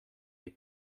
est